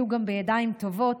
יהיו גם בידיים טובות,